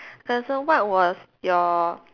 there's a what was your